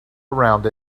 around